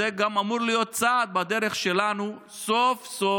זה גם אמור להיות צעד בדרך שלנו סוף-סוף